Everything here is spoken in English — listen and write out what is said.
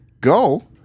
Go